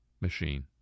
Machine